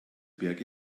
berg